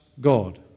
God